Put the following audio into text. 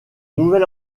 nouvel